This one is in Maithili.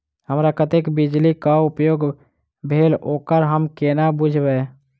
हमरा कत्तेक बिजली कऽ उपयोग भेल ओकर हम कोना बुझबै?